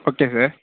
okay sir